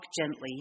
gently